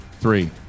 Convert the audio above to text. three